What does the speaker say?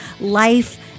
life